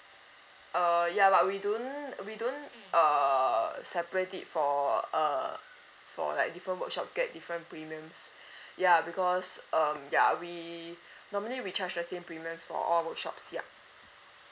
uh ya but we don't we don't err separate it for uh for like different workshops get different premiums ya because um ya we normally we charge the same premiums for all workshops ya